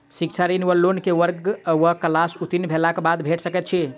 शिक्षा ऋण वा लोन केँ वर्ग वा क्लास उत्तीर्ण भेलाक बाद भेट सकैत छी?